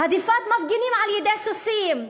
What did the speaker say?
הדיפת מפגינים על-ידי סוסים,